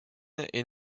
est